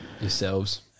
yourselves